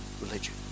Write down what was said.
religion